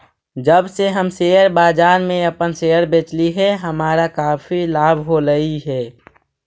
जब से हम शेयर बाजार में अपन शेयर बेचली हे हमारा काफी लाभ होलई हे